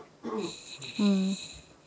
mm